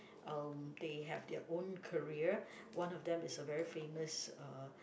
um they have their own career one of them is a very famous uh